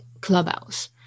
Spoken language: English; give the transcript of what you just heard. clubhouse